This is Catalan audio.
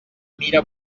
mire